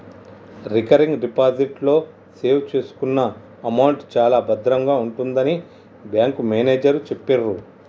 recurring deposit లో save చేసుకున్న amount చాలా భద్రంగా ఉంటుందని బ్యాంకు మేనేజరు చెప్పిర్రు